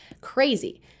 Crazy